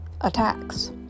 attacks